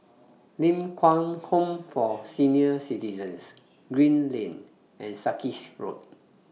Ling Kwang Home For Senior Citizens Green Lane and Sarkies Road